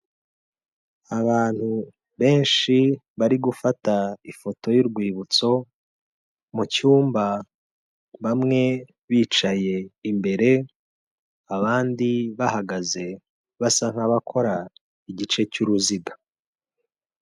Abantu benshi bari gufata ifoto y'urwibutso, mu cyumba bamwe bicaye imbere, abandi bahagaze basa nkabakora igice cy'uruziga.